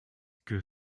que